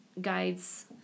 guides